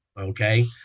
okay